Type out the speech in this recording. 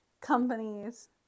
companies